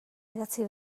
idatzi